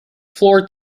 floor